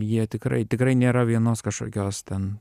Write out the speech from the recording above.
jie tikrai tikrai nėra vienos kažkokios ten